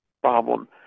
problem